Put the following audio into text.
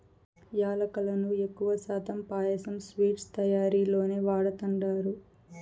యాలుకలను ఎక్కువ శాతం పాయసం, స్వీట్స్ తయారీలోనే వాడతండారు